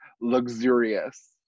luxurious